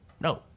no